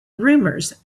rumours